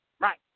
Right